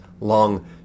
long